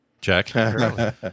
Check